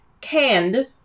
canned